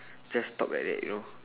just stop like that you know